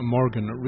Morgan